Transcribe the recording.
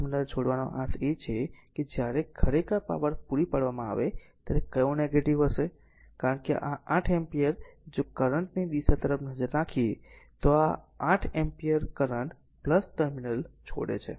terminal છોડવાનો અર્થ એ છે કે જ્યારે ખરેખર પાવર પૂરી પાડવામાં આવે ત્યારે કયો નેગેટીવ હશે કારણ કે આ 8 એમ્પીયર જો કરંટ ની દિશા તરફ નજર નાખીએ તો આ 8 એમ્પીયર કરંટ ટર્મિનલ છોડે છે